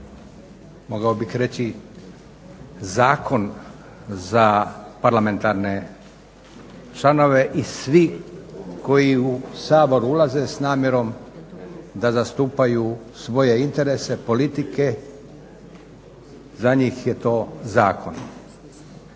mogao bih reći zakon za parlamentarne članove i svi koji u Sabor ulaze s namjerom da zastupaju svoje interese politike, za njih je to zakon.